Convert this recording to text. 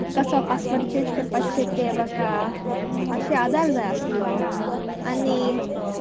कसो password change करपाचें तें म्हाका मातशें आदार जाय आसलो आनी